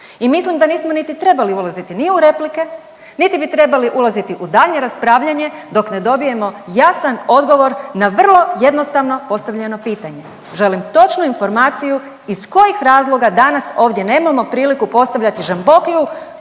I mislim da nismo niti trebali ulaziti ni u replike, niti bi trebali ulaziti u daljnje raspravljanje dok ne dobijemo jasan odgovor na vrlo jednostavno postavljeno pitanje. Želim točnu informaciju iz kojih razloga danas ovdje nemamo priliku postavljati Žambokiju